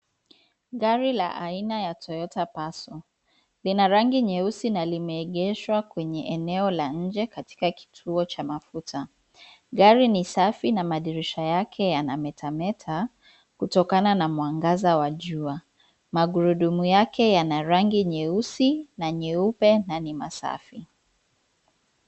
Gari la aina ya Toyota Passo, lina rangi nyeusi na limeegeshwa kwenye eneo la nje katika kituo cha mafuta. Gari ni safi na madirisha yake yana metameta, kutokana na mwangaza wa jua. Magurudumu yake yana rangi nyeusi na nyeupe na ni masafi.